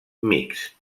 mixt